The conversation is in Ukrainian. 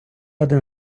один